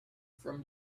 from